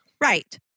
right